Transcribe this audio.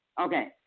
Okay